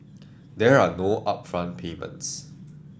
there are no upfront payments